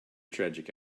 tragic